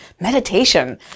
Meditation